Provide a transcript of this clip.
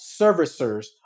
servicers